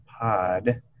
Pod